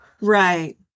Right